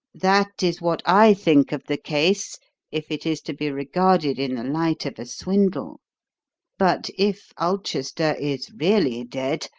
that is what i think of the case if it is to be regarded in the light of a swindle but if ulchester is really dead,